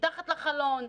מתחת לחלון,